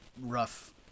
rough